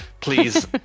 please